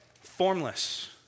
Formless